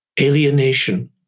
alienation